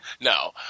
No